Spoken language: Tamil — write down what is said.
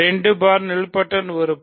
2 பார் நீல்பொடென்ட் உறுப்பு